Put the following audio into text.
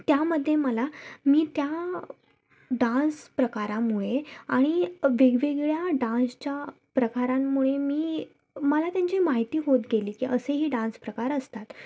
त्यामध्ये मला मी त्या डान्स प्रकारामुळे आणि वेगवगेळ्या डान्सच्या प्रकारांमुळे मी मला त्यांची माहिती होत गेली की असेही डान्स प्रकार असतात